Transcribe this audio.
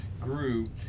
grew